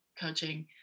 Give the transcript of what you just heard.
coaching